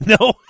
No